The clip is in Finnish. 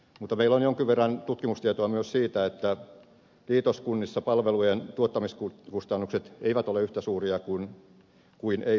mutta meillä on jonkin verran tutkimustietoa myös siitä että liitoskunnissa palvelujen tuottamiskustannukset eivät ole yhtä suuria kuin ei liitoskunnissa